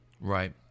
Right